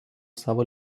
savo